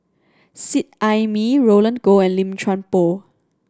Seet Ai Mee Roland Goh and Lim Chuan Poh